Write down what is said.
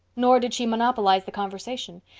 nor did she monopolize the conversation.